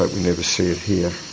ah never see it here.